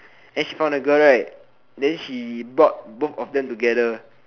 then she found a girl right then she brought both of them together